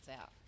out